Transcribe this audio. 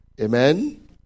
Amen